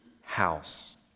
house